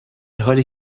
حالی